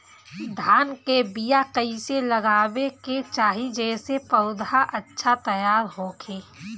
धान के बीया कइसे लगावे के चाही जेसे पौधा अच्छा तैयार होखे?